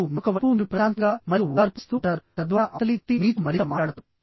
మరియు మరొక వైపు మీరు ప్రశాంతంగా మరియు ఓదార్పునిస్తూ ఉంటారుతద్వారా అవతలి వ్యక్తి మీతో మరింత మాట్లాడతారు